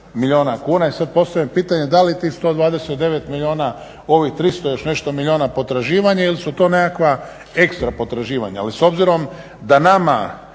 milijuna kuna. I sada postavljam pitanje da li tih 129 milijuna u ovih 300 i još nešto milijuna potraživanja ili su to nekakva ekstra potraživanja. Ali s obzirom da NAMA